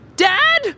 Dad